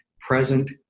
present